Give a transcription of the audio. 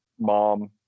mom